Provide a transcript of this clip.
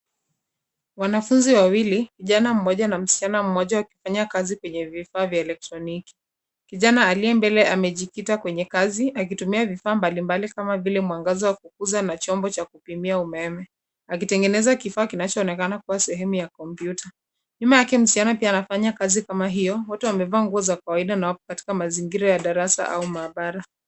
Wanafunzi wawili kijana mmoja na msichana mmoja wakifanya kazi kwenye vifaa vya elektroniki. Kijana aliye mbele amejikita kwenye kazi akitumia vifaa mbalimbali kama vile mwangaza wa kukuza na chombo cha kupimia umeme, akitegeneza kifaa kinachoonekana kuwa sehemu ya kompyuta .Nyuma yake msichana pia anafanya kazi kama hiyo. Wote wamevaa nguo za kawaida na wako katika mazingira ya darasa au maabara.